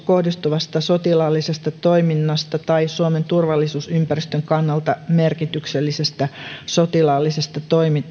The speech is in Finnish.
kohdistuvasta sotilaallisesta toiminnasta tai suomen turvallisuusympäristön kannalta merkityksellisestä sotilaallisesta